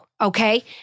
Okay